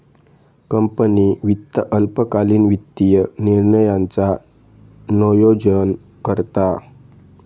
company वित्त अल्पकालीन वित्तीय निर्णयांचा नोयोजन करता